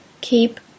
keep